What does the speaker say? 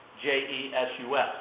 J-E-S-U-S